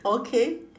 okay